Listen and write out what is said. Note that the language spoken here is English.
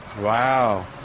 Wow